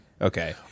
okay